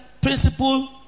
principle